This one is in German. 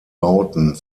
bauten